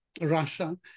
Russia